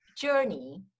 journey